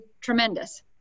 tremendous